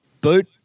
Boot